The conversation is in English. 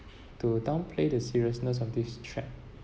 to downplay the seriousness of this threat